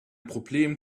problem